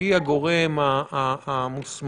היא הגורם המוסמך,